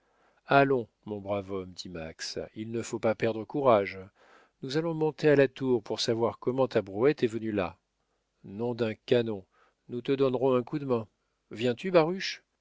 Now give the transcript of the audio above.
allons mon brave homme dit max il ne faut pas perdre courage nous allons monter à la tour pour savoir comment ta brouette est venue là nom d'un canon nous te donnerons un coup de main viens-tu baruch